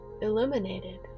illuminated